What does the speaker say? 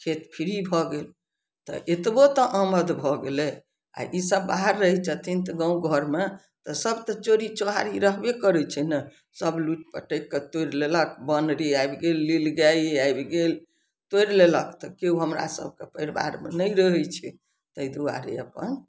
खेत फ्री भऽ गेल तऽ एतबो तऽ आमद भऽ गेलइ आओर ई सब बाहर रहय छथिन तऽ गाँव घरमे सब तऽ चोरी चुहारी रहबे करय छै ने सब लुटि पटकिकऽ तोड़ि लेलक बानरे आबि गेल नील गाये आबि गेल तोड़ि लेलक तऽ केओ हमरा सबके परिवारमे नहि रहय छै तै दुआरे अपन